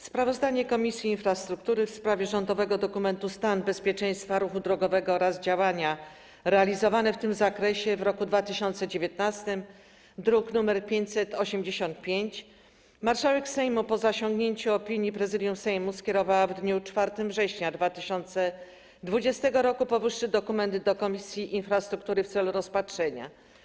Sprawozdanie Komisji Infrastruktury w sprawie rządowego dokumentu: „Stan bezpieczeństwa ruchu drogowego oraz działania realizowane w tym zakresie w 2019 r.”, druk nr 585. Marszałek Sejmu, po zasięgnięciu opinii Prezydium Sejmu, skierowała w dniu 4 września 2020 r. powyższy dokument do Komisji Infrastruktury w celu rozpatrzenia.